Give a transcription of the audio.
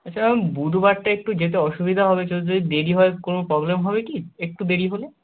আচ্ছা বুধবারটা একটু যেতে অসুবিধা হবে তো যদি দেরি হয় কোনো প্রবলেম হবে কি একটু দেরি হলে